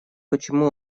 почему